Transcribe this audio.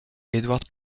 edward